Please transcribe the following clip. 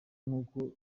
nkuru